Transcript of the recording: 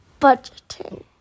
Budgeting